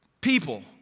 people